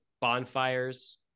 bonfires